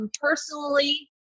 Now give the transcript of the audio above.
personally